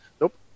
Nope